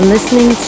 Listening